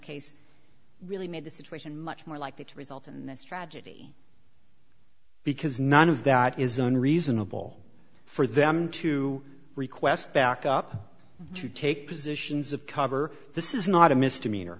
case really made the situation much more likely to result in this tragedy because none of that isn't reasonable for them to request back up to take positions of cover this is not a misdemeanor